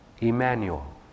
Emmanuel